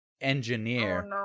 engineer